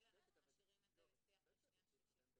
ממילא אנחנו משאירים את זה לקריאה השנייה והשלישית.